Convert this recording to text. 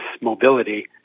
mobility